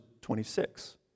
26